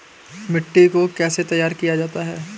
मिट्टी को कैसे तैयार किया जाता है?